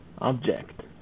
Object